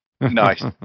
Nice